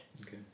okay